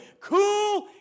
cool